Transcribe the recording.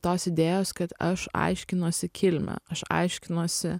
tos idėjos kad aš aiškinuosi kilmę aš aiškinuosi